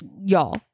y'all